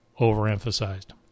overemphasized